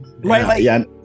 right